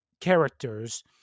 characters